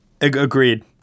Agreed